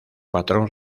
patrón